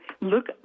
look